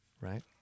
right